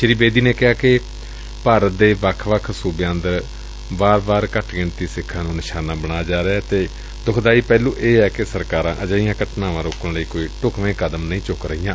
ਸ੍ਰੀ ਬੇਦੀ ਨੇ ਕਿਹਾ ਕਿ ਭਾਰਤ ਦੇ ਵੱਖ ਵੱਖ ਸੁਬਿਆਂ ਅੰਦਰ ਬਾਰ ਬਾਰ ਘੱਟਗਿਣਤੀ ਸਿੱਖਾਂ ਨੂੰ ਨਿਸ਼ਾਨਾ ਬਣਾਇਆ ਜਾ ਰਿਹੈ ਅਤੇ ਦੁੱਖਦ ਪਹਿਲ ਇਹ ਏ ੱਕਿ ਸਰਕਾਰਾ ਅਜਿਹੀਆ ਘਟਨਾਵਾਂ ਰੋਕਣ ਲਈ ਢੱਕਵੇ ਂ ਕਦਮ ਨਹੀ ਚੱਕ ਰਹੀਆਂ